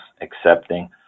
accepting